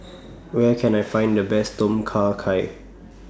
Where Can I Find The Best Tom Kha Gai